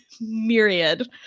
myriad